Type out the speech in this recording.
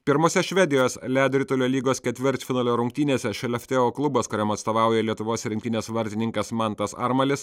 pirmose švedijos ledo ritulio lygos ketvirtfinalio rungtynėse šeleftėjo klubas kuriam atstovauja lietuvos rinktinės vartininkas mantas armalis